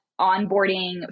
onboarding